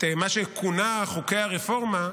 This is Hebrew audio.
את מה שכונה חוקי הרפורמה,